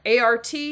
ART